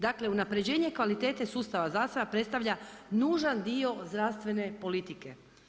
Dakle, unapređenje kvalitete sustava zdravstva predstavlja nužan dio zdravstvene politike.